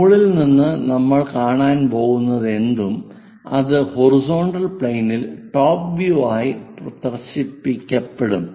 മുകളിൽ നിന്ന് നമ്മൾ കാണാൻ പോകുന്നതെന്തും അത് ഹൊറിസോണ്ടൽ പ്ലെയിനിൽ ടോപ് വ്യൂ ആയി പ്രദര്ശിപ്പിക്കപ്പെടും